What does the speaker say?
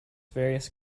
various